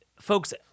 folks